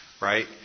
Right